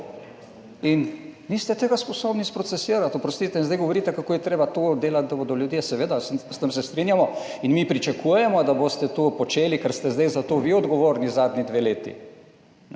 in niste tega sposobni sprocesirati. Oprostite, in zdaj govorite, kako je treba to delati, da bodo ljudje, seveda, s tem se strinjamo in mi pričakujemo, da boste to počeli, ker ste zdaj za to vi odgovorni zadnji dve leti.